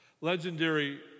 Legendary